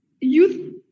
youth